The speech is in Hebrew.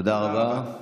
תודה רבה.